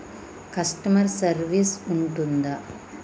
Customer service ఉంటుందా?